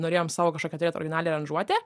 norėjom savo kažkokią turėt originalią aranžuotę